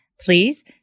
Please